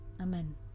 Amen